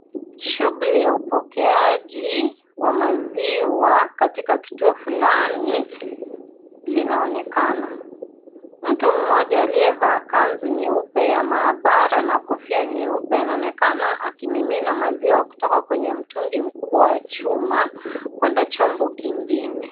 Shughuli ya upokeaji wa maziwa katika kituo fulani linaonekana. Mtu mmoja aliyevaa kanzu nyeupe ya mahabara na kofia nyeupe, anaonekana akimimina maziwa kutoka kwenye mtungi mkubwa wa chuma, kwenda chombo kingine.